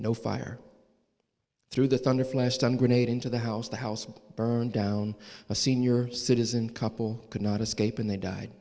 no fire through the thunder flash stun grenade into the house the house burned down a senior citizen couple could not escape and they died